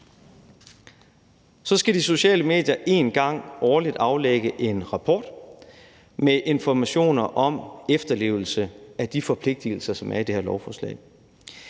Så skal de sociale medier en gang årligt aflægge en rapport med informationer om efterlevelsen af de forpligtigelser, som er i det her lovforslag.